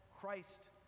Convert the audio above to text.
Christ